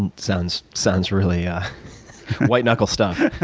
and sounds sounds really ah white knuckle stuff,